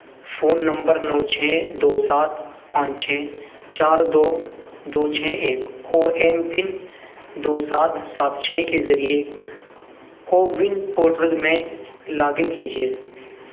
phone number نو چھ دو سات پانچ چھ چار دو دو چھ ایک اور ایم پن دو سات سات چھ کے ذریعے کوون پورٹل میں لاگ ان کیجیے